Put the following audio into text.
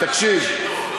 תקשיב,